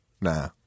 Nah